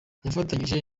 yafatanyije